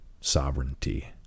sovereignty